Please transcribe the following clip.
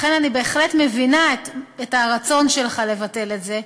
לכן, אני בהחלט מבינה את הרצון שלך לבטל את זה.